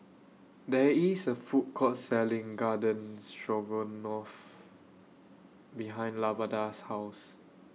There IS A Food Court Selling Garden Stroganoff behind Lavada's House